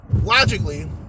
logically